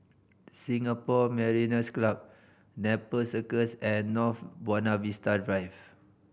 Singapore Mariners' Club Nepal Circus and North Buona Vista Drive